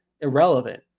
irrelevant